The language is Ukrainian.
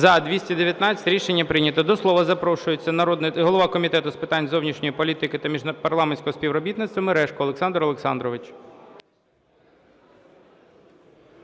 За-219 Рішення прийнято. До слова запрошується голова Комітету з питань зовнішньої політики та міжпарламентського співробітництва Мережко Олександр Олександрович.